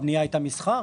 הבנייה הייתה מסחר.